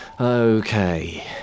Okay